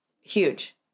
huge